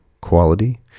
quality